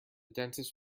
dentist